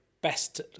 best